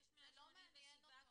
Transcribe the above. זה לא מעניין אותו --- יש 187 כאלה,